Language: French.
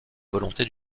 volonté